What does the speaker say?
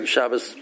Shabbos